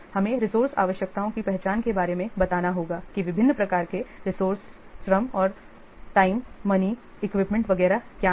हमें रिसोर्स आवश्यकताओं की पहचान के बारे में बताना होगा कि विभिन्न प्रकार के रिसोर्स श्रम और टाइम मनी इक्विपमेंट वगैरह क्या हैं